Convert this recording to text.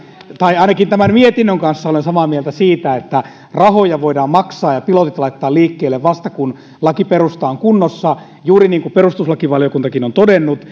tai ainakin tämän mietinnön kanssa samaa mieltä siitä että rahoja voidaan maksaa ja pilotit laittaa liikkeelle vasta kun lakiperusta on kunnossa juuri niin kuin perustuslakivaliokuntakin on todennut